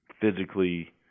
physically